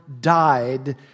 died